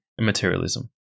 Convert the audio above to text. materialism